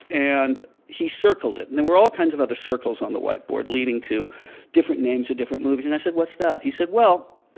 and he circled it, and there were all kinds of other circles on the whiteboard leading to different names or different movies. and i said, what's that? he said, well,